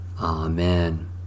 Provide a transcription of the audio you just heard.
Amen